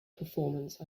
performance